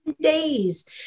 days